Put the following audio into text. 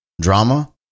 drama